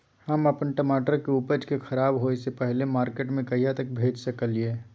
हम अपन टमाटर के उपज के खराब होय से पहिले मार्केट में कहिया तक भेज सकलिए?